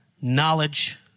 Knowledge